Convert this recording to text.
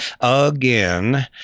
again